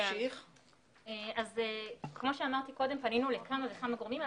כפי שאמרתי קודם, פנינו לכמה וכמה גורמים.